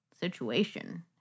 situation